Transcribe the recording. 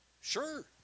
Sure